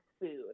food